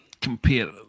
compare